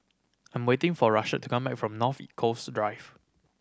I'm waiting for Rashad to come back from North Coast Drive